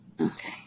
Okay